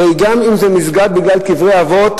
הרי גם אם זה מסגד בגלל קברי אבות,